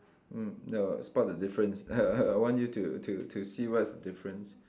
mm no spot the difference I I want you to to to see what's the difference